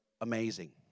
amazing